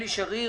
אלי שריר,